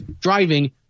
driving